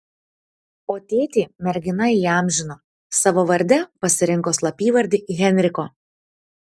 o tėtį mergina įamžino savo varde pasirinko slapyvardį henriko